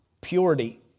Purity